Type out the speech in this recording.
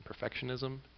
perfectionism